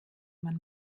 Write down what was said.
man